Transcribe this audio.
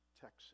Texas